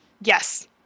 Yes